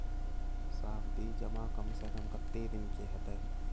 सावधि जमा कम से कम कत्ते दिन के हते?